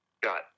got